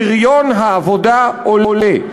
פריון העבודה עולה.